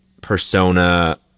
persona